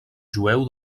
jueu